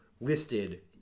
listed